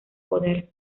poder